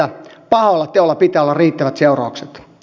pahalla teolla pitää olla riittävät seuraukset